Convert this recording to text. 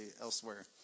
elsewhere